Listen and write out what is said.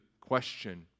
question